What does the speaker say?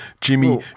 Jimmy